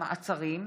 מעצרים)